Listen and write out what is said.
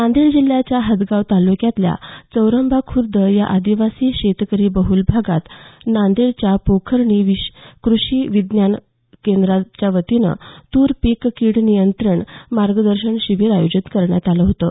नांदेड जिल्ह्याच्या हदगाव तालूक्यातल्या चौरंबा खूर्द या आदिवासी शेतकरी बहूल गावात नांदेडच्या पोखर्णी कृषि विज्ञान केंद्राच्यावतीनं तुर पीक किड नियंत्रण मार्गदर्शन शिबीर आयोजित करण्यात आलं होतं